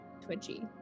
twitchy